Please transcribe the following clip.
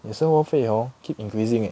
你生活费 hor keep increasing eh